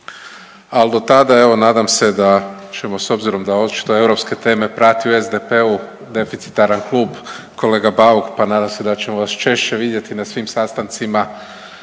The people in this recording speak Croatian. Al do tada evo nadam se da ćemo s obzirom da očito europske teme prati u SDP-u deficitaran klub, kolega Bauk pa nadam se da ćemo vas češće vidjeti na svim sastancima